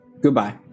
goodbye